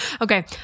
Okay